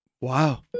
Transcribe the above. Wow